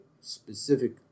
specific